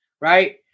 right